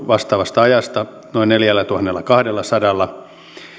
vastaavasta ajasta noin neljällätuhannellakahdellasadalla